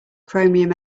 chromium